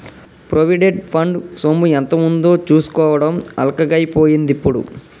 provident fund సొమ్ము ఎంత ఉందో చూసుకోవడం అల్కగై పోయిందిప్పుడు